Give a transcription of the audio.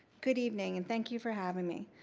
good evening, and thank you for having me.